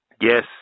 Yes